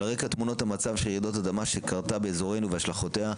על רקע תמונת המצב של רעידת האדמה שקרתה באזורנו והשלכותיה,